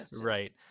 right